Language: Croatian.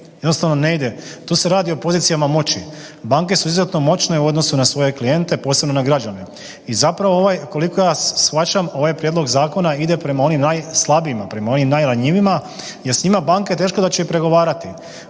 jednostavno ne ide, tu se radi o pozicijama moći, banke su izuzetno moćne u odnosu na svoje klijente, posebno na građane. I zapravo ovaj, koliko ja shvaćam ovaj prijedlog zakona ide prema onima najslabijima, prema onima najranjivijima jer s njima banke teško da će i pregovarati.